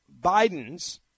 Bidens